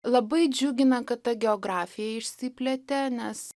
labai džiugina kad ta geografija išsiplėtė nes